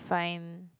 find